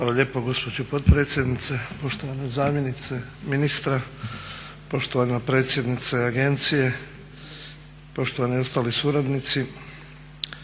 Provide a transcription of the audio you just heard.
Hvala lijepo gospođo potpredsjednice. Poštovana zamjenice ministra, poštovana predsjednice agencije, poštovani ostali suradnici,